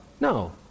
No